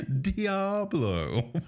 diablo